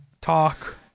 talk